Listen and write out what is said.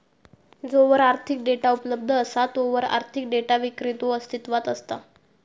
जोवर आर्थिक डेटा उपलब्ध असा तोवर आर्थिक डेटा विक्रेतो अस्तित्वात असता